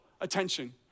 attention